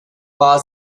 war